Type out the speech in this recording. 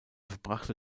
verbrachte